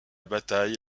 bataille